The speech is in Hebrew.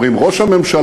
אומרים: ראש הממשלה,